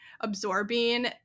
absorbing